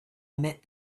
met